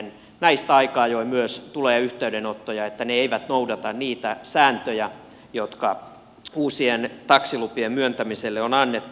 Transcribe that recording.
myös näistä aika ajoin tulee yhteydenottoja että ne eivät noudata niitä sääntöjä jotka uusien taksilupien myöntämiselle on annettu